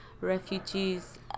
refugees